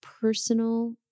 personal